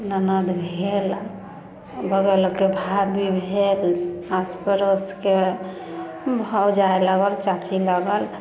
ननद भेल बगलके भाभी भेल आस पड़ोसके भौजाइ लगल चाची लगल